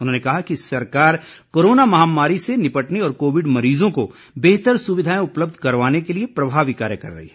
उन्होंने कहा कि सरकार कोरोना महामारी से निपटने और कोविड मरीज़ों को बेहतर सुविधाएं उपलब्ध करवाने के लिए प्रभावी कार्य कर रही है